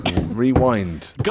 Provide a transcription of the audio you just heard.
rewind